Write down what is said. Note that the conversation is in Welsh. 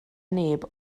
neb